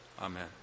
Amen